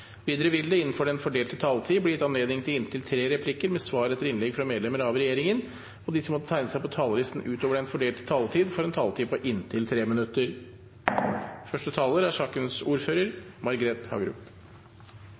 Videre vil det – innenfor den fordelte taletid – bli gitt anledning til inntil seks replikker med svar etter innlegg fra medlemmer av regjeringen, og de som måtte tegne seg på talerlisten utover den fordelte taletid, får en taletid på inntil 3 minutter.